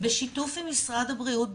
בשיתוף עם משרד הבריאות,